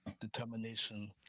determination